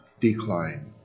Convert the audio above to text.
decline